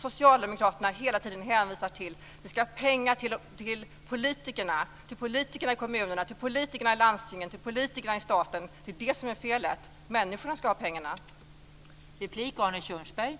Socialdemokraterna hänvisar hela tiden till att det ska vara pengar till politikerna i kommunerna, till politikerna i landstingen och till politikerna i staten. Det är det som är felet. Det är människorna som ska ha pengarna.